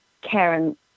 Karen